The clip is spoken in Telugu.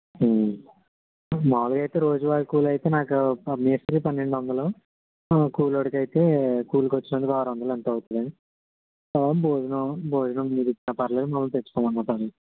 మామూలుగా అయితే రోజువారి కూలీ అయితే నాకు పర్ మేస్త్రీ పన్నెండు వందలు కూలీ వాడికి అయితే కూలీకి వచ్చినందుకు ఆరు వందలు ఎంతో అవుతుందండి భోజనం భోజనం మీరిచ్చినా పర్లేదు మమ్మల్ని తెచ్చుకోమన్నా పర్లేదు